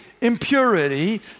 impurity